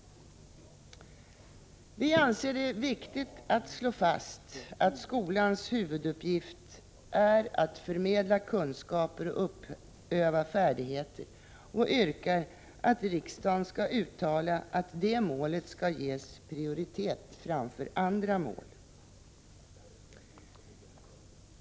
Vi anser att det är viktigt att slå fast att skolans huvuduppgift är att förmedla kunskaper och att uppöva färdigheter och yrkar att riksdagen skall uttala att det målet skall ges prioritet framför andra mål.